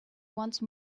once